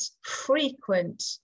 frequent